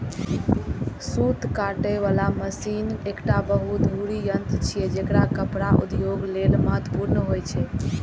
सूत काटे बला मशीन एकटा बहुधुरी यंत्र छियै, जेकर कपड़ा उद्योग लेल महत्वपूर्ण होइ छै